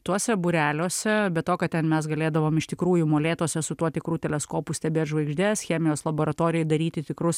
tuose būreliuose be to kad ten mes galėdavom iš tikrųjų molėtuose su tuo tikru teleskopu stebėt žvaigždes chemijos laboratorijoj daryti tikrus